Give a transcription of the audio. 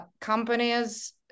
Companies